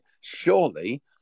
surely